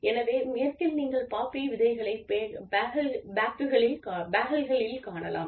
எனவே மேற்கில் நீங்கள் பாப்பி விதைகளை பேகல்களில் காணலாம்